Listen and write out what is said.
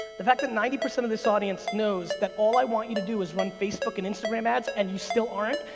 the fact that ninety percent of this audience knows that all i want you to do is run facebook and instagram ads and you still aren't,